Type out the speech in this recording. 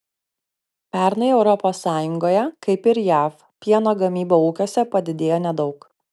pernai europos sąjungoje kaip ir jav pieno gamyba ūkiuose padidėjo nedaug